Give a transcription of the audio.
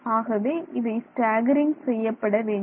ஆகவே இவை ஸ்டாக்கரிங் செய்ய படவேண்டும்